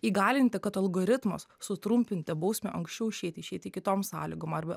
įgalinti kad algoritmas sutrumpinti bausmę anksčiau išeiti išeiti kitom sąlygom arbe